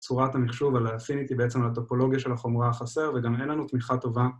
צורת המחשוב על האפיניטי בעצם על הטופולוגיה של החומרה החסר וגם אין לנו תמיכה טובה